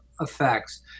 effects